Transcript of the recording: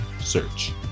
Search